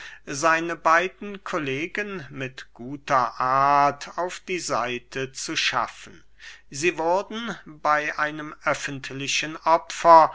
seine beiden kollegen mit guter art auf die seite zu schaffen sie wurden bey einem öffentlichen opfer